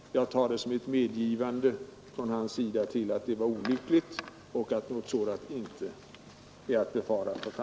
Jag tar det som ett medgivande från hans sida av att det var ett olyckligt förfaringssätt och att någon upprepning inte är att befara.